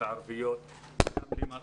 הרשויות המקומיות הערביות ויושב ראש מועצת ערערה,